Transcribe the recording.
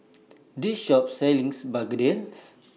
This Shop sells Begedil